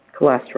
cholesterol